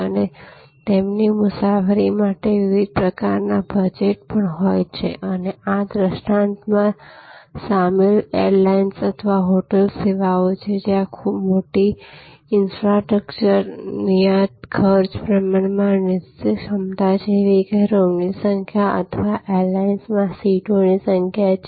અને તેમની મુસાફરી માટે વિવિધ પ્રકારના બજેટ પણ હોય છે અને આ દૃષ્ટાંતમાં સામેલ એરલાઇન્સ અથવા હોટલ સેવાઓ છે જ્યાં મોટી ઇન્ફ્રાસ્ટ્રક્ચર નિયત ખર્ચ પ્રમાણમાં નિશ્ચિત ક્ષમતા જેવી કે રૂમની સંખ્યા અથવા એરલાઇન્સમાં સીટોની સંખ્યા છે